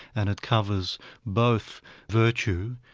and it covers both virtue,